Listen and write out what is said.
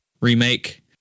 Remake